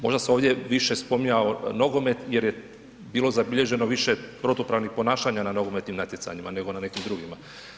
Možda se ovdje više spominjao nogomet jer je bilo zabilježeno više protupravnih ponašanja na nogometnim natjecanjima, nego na nekim drugima.